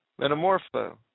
metamorpho